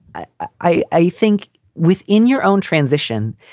ah i i think within your own transition,